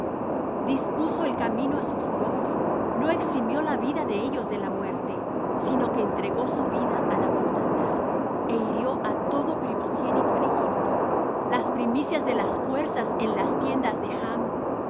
dispuso el camino á su furor no eximió la vida de ellos de la muerte sino que entregó su vida á la mortandad e hirió á todo primogénito en egipto las primicias de las fuerzas en las tiendas de chm